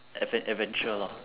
adven~ adventure lah